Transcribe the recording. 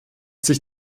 sich